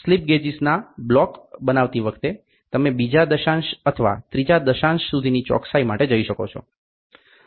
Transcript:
slip ગેજિસના block બનાવતી વખતે તમે બીજા દશાંસ અથવા ત્રીજા દશાંસ સુધીની ચોકસાઈ માટે જઈ શકો